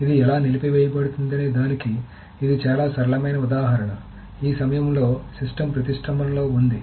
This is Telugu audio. ఇది ఎలా నిలిపివేయ బడు తుందనే దానికి ఇది చాలా సరళమైన ఉదాహరణ ఈ సమయంలో సిస్టమ్ ప్రతిష్టంభన లో ఉంది